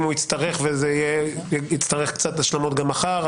אם הוא יצטרך קצת השלמות גם מחר,